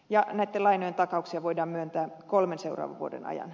näitten lainojen takauksia voidaan myöntää kolmen seuraavan vuoden ajan